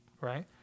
right